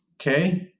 Okay